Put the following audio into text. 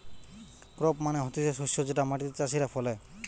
crop মানে হতিছে শস্য যেটা মাটিতে চাষীরা ফলে